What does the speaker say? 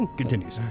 continues